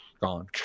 gone